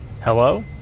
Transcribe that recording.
Hello